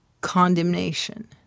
condemnation